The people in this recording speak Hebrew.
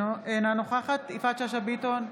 אינה נוכחת יפעת שאשא ביטון,